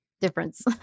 difference